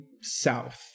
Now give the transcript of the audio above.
south